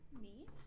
meat